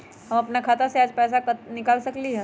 हम अपन खाता से आज कतेक पैसा निकाल सकेली?